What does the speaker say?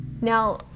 Now